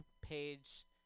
page